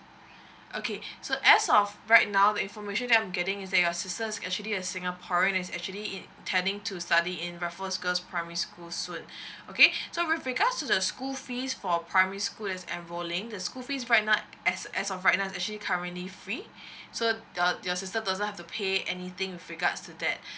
okay so as of right now the information that I'm getting is that your sister is actually a singaporean is actually intending to study in raffles girls' primary school soon okay so with regards to the school fees for primary school as enrolling the school fees right now as as of right now is actually currently free so the your sister doesn't have to pay anything with regards to that